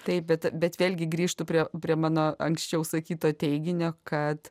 taip bet bet vėlgi grįžtu prie mano anksčiau sakyto teiginio kad